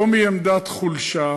לא מעמדת חולשה,